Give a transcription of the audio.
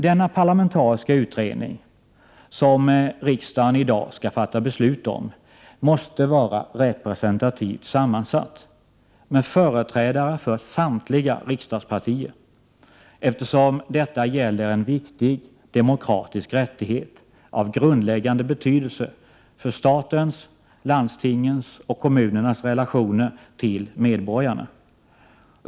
Denna parlamentariska utredning, som riksdagen i dag skall fatta beslut om, måste vara representativt sammansatt med företrädare för samtliga riksdagspartier, eftersom detta gäller en viktig demokratisk rättighet av grundläggande betydelse för statens, landstingens och kommunernas relationer till medborgarna.